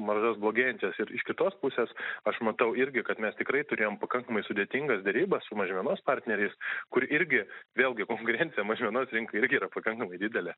maržas blogėjančias ir iš kitos pusės aš matau irgi kad mes tikrai turėjom pakankamai sudėtingas derybas su mažmenos partneriais kur irgi vėlgi konkurencija mažmenos rinka irgi yra pakankamai didelė